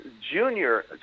Junior